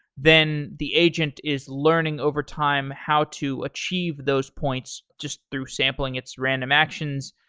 then the agent is learning over time how to achieve those points just through sampling its random actions,